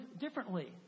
differently